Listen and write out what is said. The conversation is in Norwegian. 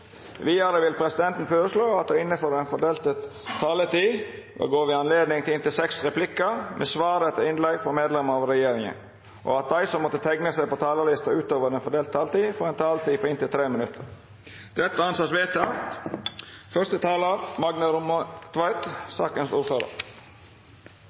Videre vil presidenten foreslå at det – innenfor den fordelte taletid – blir gitt anledning til inntil seks replikker med svar etter innlegg fra medlemmer av regjeringen, og at de som måtte tegne seg på talerlisten utover den fordelte taletid, får en taletid på inntil 3 minutter. – Det anses vedtatt.